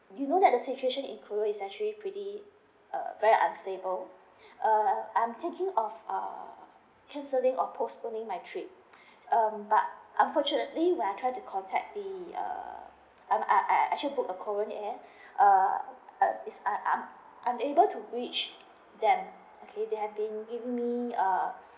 you know that the situation in korea is actually pretty uh very unstable uh I'm I'm thinking of uh cancelling or postponing my trip um but unfortunately when I try to contact the uh I I I actually booked with korean air err is err I I'm unable to reach that okay they have been giving me uh